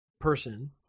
person